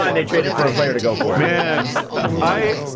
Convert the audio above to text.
um and they traded for a player to go for it. man, i.